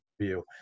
view